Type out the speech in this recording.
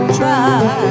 try